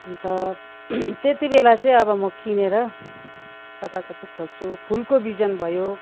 अन्त त्यति बेला चाहिँ अब म किनेर कताकति खोज्छु फुलको बिजन भयो